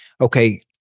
Okay